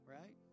Right